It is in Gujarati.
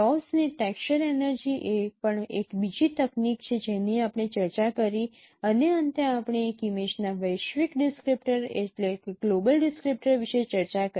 લૉવસ' Laws' ની ટેક્સચર એનર્જી એ પણ એક બીજી તકનીક છે જેની આપણે ચર્ચા કરી અને અંતે આપણે એક ઇમેજના વૈશ્વિક ડિસક્રીપ્ટર વિશે ચર્ચા કરી